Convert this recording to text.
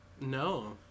No